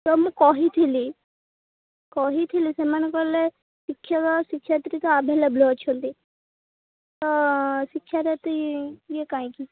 ତ ମୁଁ କହିଥିଲି କହିଥିଲି ସେମାନେ କହିଲେ ଶିକ୍ଷକ ଆଉ ଶିକ୍ଷୟିତ୍ରୀ ତ ଆଭେଲେବଲ୍ ଅଛନ୍ତି ତ ଶିକ୍ଷାରେ ଏତେ ଇଏ କାହିଁକି